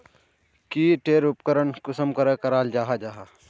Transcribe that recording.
की टेर उपकरण कुंसम करे कराल जाहा जाहा?